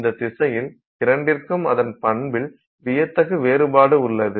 இந்த திசையில் இரண்டிற்கும் அதன் பண்பில் வியத்தகு வேறுபாடு உள்ளது